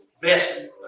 best